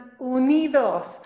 Unidos